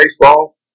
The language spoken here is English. baseball